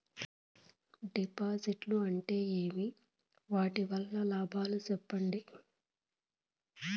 డిపాజిట్లు అంటే ఏమి? వాటి వల్ల లాభాలు సెప్పండి?